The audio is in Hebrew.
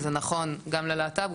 זה נכון גם ללהט״ב,